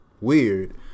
weird